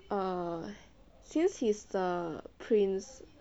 err since he's the prince